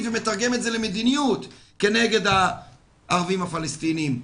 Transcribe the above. ומתרגם את זה למדיניות כנגד הערבים הפלסטינים,